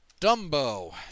Dumbo